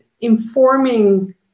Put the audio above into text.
informing